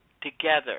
together